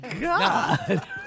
God